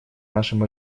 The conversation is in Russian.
нашим